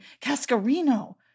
Cascarino